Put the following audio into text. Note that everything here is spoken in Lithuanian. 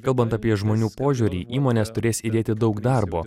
kalbant apie žmonių požiūrį įmonės turės įdėti daug darbo